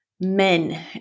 men